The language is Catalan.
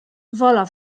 vola